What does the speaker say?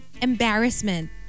embarrassment